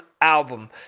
album